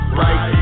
right